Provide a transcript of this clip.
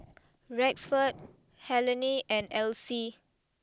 Rexford Helene and Elsie